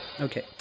Okay